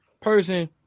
person